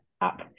up